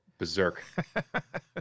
berserk